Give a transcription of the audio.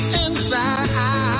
inside